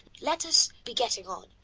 let us be getting on.